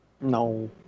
No